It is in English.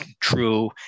true